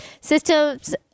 systems